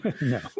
no